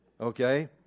Okay